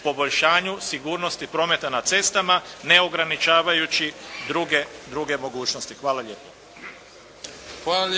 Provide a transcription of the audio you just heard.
poboljšanju sigurnosti prometa na cestama ne ograničavajući druge mogućnosti. Hvala lijepo.